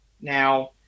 now